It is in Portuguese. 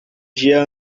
dia